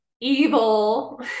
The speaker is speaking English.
evil